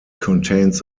contains